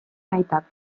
aitak